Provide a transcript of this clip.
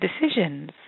decisions